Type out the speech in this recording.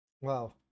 Wow